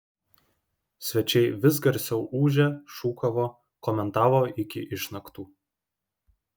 svečiai vis garsiau ūžė šūkavo komentavo iki išnaktų